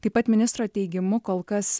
taip pat ministro teigimu kol kas